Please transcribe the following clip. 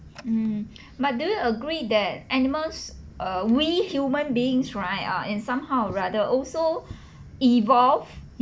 mm but do you agree that animals uh we human beings right ah in somehow or rather also evolve